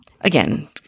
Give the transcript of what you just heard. Again